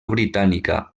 britànica